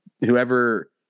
whoever